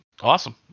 awesome